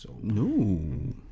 No